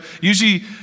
Usually